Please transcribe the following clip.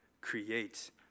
create